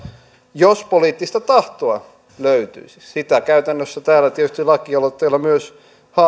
jos poliittista tahtoa löytyisi sitä käytännössä täällä tietysti lakialoitteella myös haen